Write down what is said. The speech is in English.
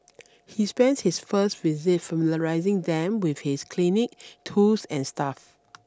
he spends their first visit familiarising them with his clinic tools and staff